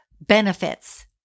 benefits